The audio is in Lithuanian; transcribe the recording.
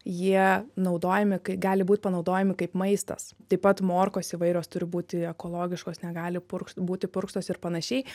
jie naudojami kai gali būt panaudojami kaip maistas taip pat morkos įvairios turi būti ekologiškos negali purkš būti purkštos ir panašiai